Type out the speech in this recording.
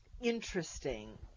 interesting